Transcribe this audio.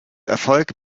erfolg